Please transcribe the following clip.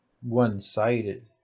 one-sided